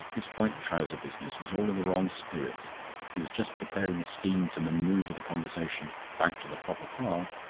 this white-trouser business was all in the wrong spirit he was just preparing a scheme to manoeuvre the conversation back to the proper path,